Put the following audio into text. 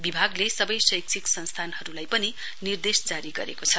विभागले कन्टेमेण्ट शैक्षिक संस्थानहरुलाई पनि निर्देश जारी गरेको छ